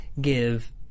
give